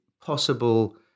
possible